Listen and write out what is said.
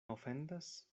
ofendas